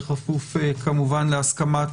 בכפוף כמובן להסכמת